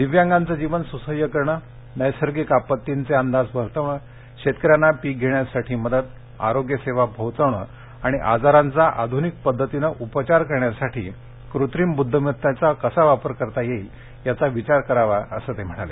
दिव्यांगांचं जीवन सुसह्य करणं नैसर्गिक आपत्तींचे अंदाज वर्तवणं शेतकऱ्यांना पीक घेण्यासाठी मदत आरोग्य सेवा पोहोचवणं आणि आजारांचा आध्रनिक पद्धतीने उपचार करण्यासाठी कृत्रिम बुद्धिमत्तेचा कसा वापर करता येईल याचा विचार करावा असं ते म्हणाले